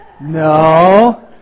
No